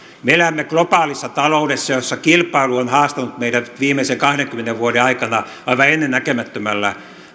me elämme globaalissa taloudessa jossa kilpailu on haastanut meidät viimeisen kahdenkymmenen vuoden aikana aivan ennennäkemättömällä